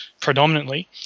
predominantly